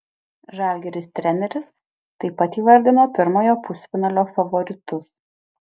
žalgiris treneris taip pat įvardino pirmojo pusfinalio favoritus